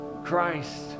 Christ